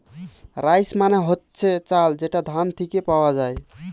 rice মানে হচ্ছে চাল যেটা ধান থিকে পাওয়া যায়